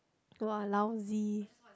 [wah] lousy